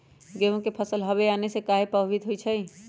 गेंहू के फसल हव आने से काहे पभवित होई छई?